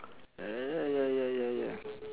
uh ya ya ya ya